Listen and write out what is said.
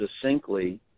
succinctly